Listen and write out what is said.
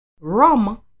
Rum